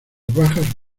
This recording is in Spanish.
bajas